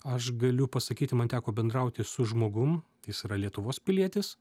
aš galiu pasakyti man teko bendrauti su žmogum jis yra lietuvos pilietis